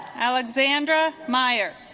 alexandra mayer